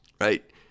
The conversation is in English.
right